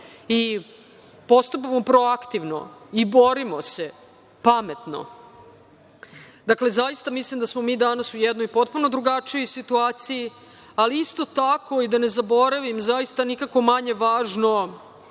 i postupamo proaktivno i borimo se pametno. Dakle, zaista mislim da smo mi danas u jednoj potpuno drugačijoj situaciji, ali isto tako i da ne zaboravim, zaista, nikako manje važno,